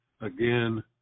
again